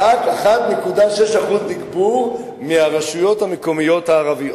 1.6% נגבו מהרשויות המקומיות הערביות.